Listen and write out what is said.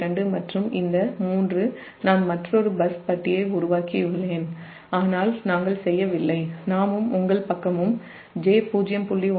2 மற்றும் இந்த 3 நான் மற்றொரு பஸ் பாரை உருவாக்கியுள்ளேன் ஆனால் நாம் செய்யவில்லை உங்கள் பக்கமும் j0